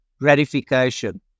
gratification